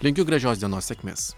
linkiu gražios dienos sėkmės